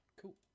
cool